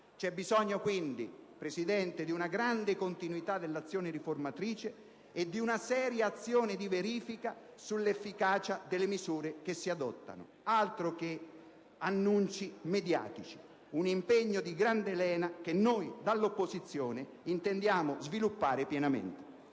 C'è bisogno, quindi, signor Presidente, di una grande continuità dell'azione riformatrice e di una seria azione di verifica sull'efficacia delle misure che si adottano. Altro che annunci mediatici. Un impegno di grande lena che noi dall'opposizione intendiamo sviluppare pienamente.